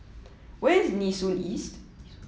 where is Nee Soon East